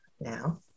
now